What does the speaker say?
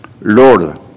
Lord